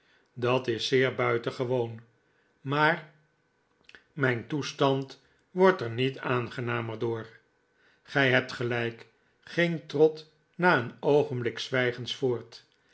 dat is zeer buitengewoon maar mijn toestand wordt er niet aangenamer door gij hebt gelijk ging trott na een oogenblik zwijgens voort